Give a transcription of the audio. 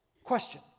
Question